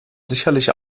sicherlich